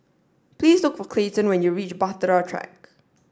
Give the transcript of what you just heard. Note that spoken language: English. please look for Clayton when you reach Bahtera Track